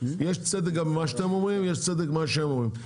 יש צדק גם במה שאתם אומרים ויש צדק במה שהם אומרים.